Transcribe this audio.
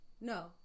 No